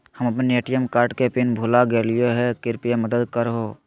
हम अप्पन ATM card के पिन भुला गेलिओ हे कृपया मदद कर हो